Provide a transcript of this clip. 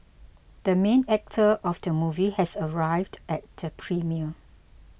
the main actor of the movie has arrived at the premiere